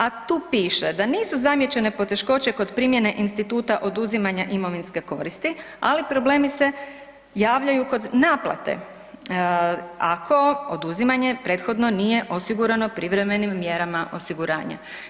A tu piše da nisu zamijećene poteškoće kod primjene instituta oduzimanja imovinske koristi ali problemi se javljaju kod naplate, ako oduzimanje prethodno nije osigurano privremenim mjerama osiguranja.